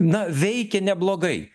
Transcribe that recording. na veikė neblogai